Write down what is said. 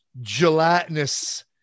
gelatinous